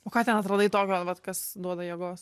o ką ten atrodo tokio vat kas duoda jėgos